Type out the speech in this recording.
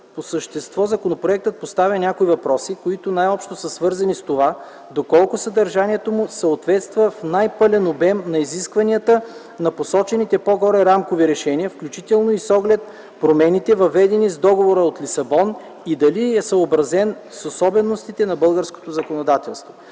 по същество законопроектът поставя някои въпроси, които най-общо са свързани с това доколко съдържанието му съответства в най-пълен обем на изискванията на посочените по-горе рамкови решения, включително и с оглед промените, въведени с Договора от Лисабон, и дали е съобразен с особеностите на българското законодателство.